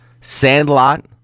Sandlot